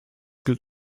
gilt